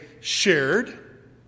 shared